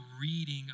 reading